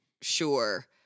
sure